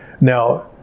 Now